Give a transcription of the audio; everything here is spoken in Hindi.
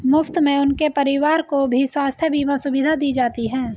मुफ्त में उनके परिवार को भी स्वास्थ्य बीमा सुविधा दी जाती है